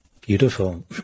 Beautiful